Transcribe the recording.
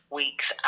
weeks